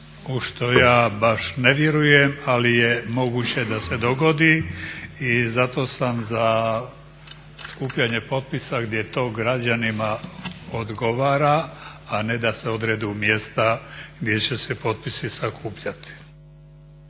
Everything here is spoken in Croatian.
u što ja baš ne vjerujem, ali je moguće da se dogodi. I zato sam za skupljanje potpisa gdje to građanima odgovara, a ne da se odredu mjesta gdje će se potpisi sakupljati.